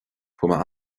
fuair